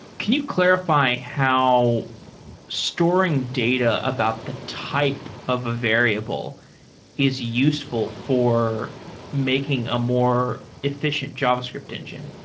can you clarify how storing data about the type of a variable is useful for making a more effi cient javascript engine?